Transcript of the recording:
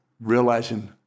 realizing